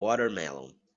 watermelon